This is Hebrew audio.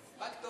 פגה.